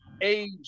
age